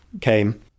came